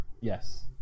Yes